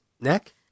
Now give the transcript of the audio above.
neck